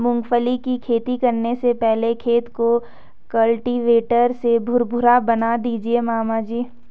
मूंगफली की खेती करने से पहले खेत को कल्टीवेटर से भुरभुरा बना दीजिए मामा जी